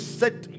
set